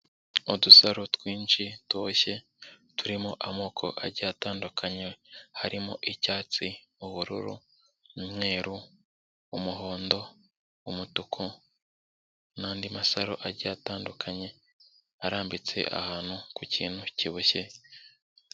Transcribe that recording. Udusaro twinshi tuboshye turimo amoko ajyiye atandukanye. Harimo icyatsi, ubururu, n'umweru, umuhondo, umutuku. N'andi masaro ajyiye atandukanye, arambitse ahantu ku kintu kiboshye.